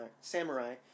Samurai